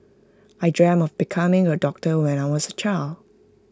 I dreamt of becoming A doctor when I was A child